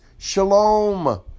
Shalom